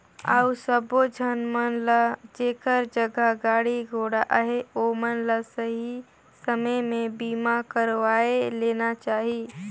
अउ सबो झन मन ल जेखर जघा गाड़ी घोड़ा अहे ओमन ल सही समे में बीमा करवाये लेना चाहिए